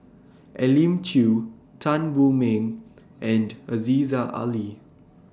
Elim Chew Tan Wu Meng and Aziza Ali